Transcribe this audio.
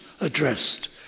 addressed